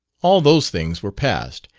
all those things were past,